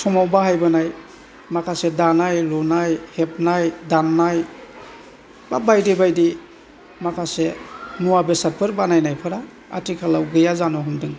समाव बाहायबोनाय माखासे दानाय लुनाय हेबनाय दाननाय मा बायदि बायदि माखासे मुवा बेसादफोर बानायनायफोरा आथिखालाव गैया जानो हमदों